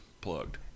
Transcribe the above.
plugged